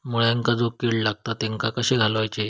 मुळ्यांका जो किडे लागतात तेनका कशे घालवचे?